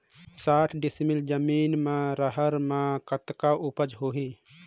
साठ डिसमिल जमीन म रहर म कतका उपजाऊ होही?